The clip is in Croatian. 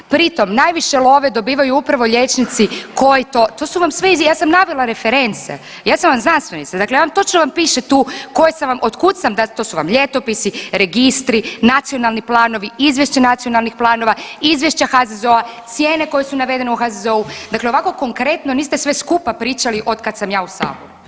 Pritom najviše love dobijaju upravo liječnici koji to, to su vam sve iz, ja sam navela reference, ja sam vam znanstvenica, dakle ja vam, točno vam piše tu koje sam vam, od kud sam, to su vam ljetopisi, registri, nacionalni planovi, izvješće nacionalnih planova, izvješća HZZO-a, cijene koje su navedene u HZZO-u, dakle ovako konkretno niste sve skupa pričali od kad sam ja u saboru.